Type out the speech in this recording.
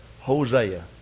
Hosea